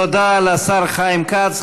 תודה לשר חיים כץ.